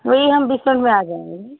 वही हम दोपहर में आ जाएँगे